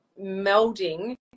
melding